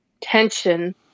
tension